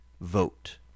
vote